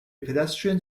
pedestrian